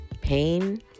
Pain